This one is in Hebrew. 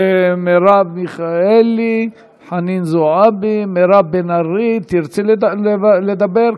מרב מיכאלי, חנין זועבי, מירב בן ארי, תרצי לדבר?